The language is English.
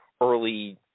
early